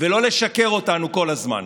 ולא לשקר לנו כל הזמן.